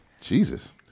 Jesus